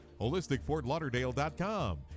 holisticfortlauderdale.com